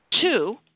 Two